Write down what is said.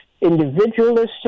individualistic